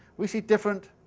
we see different